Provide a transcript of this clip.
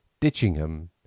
Ditchingham